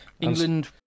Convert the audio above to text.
England